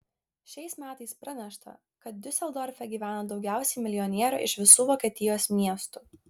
šiais metais pranešta kad diuseldorfe gyvena daugiausiai milijonierių iš visų vokietijos miestų